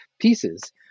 pieces